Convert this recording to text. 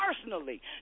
personally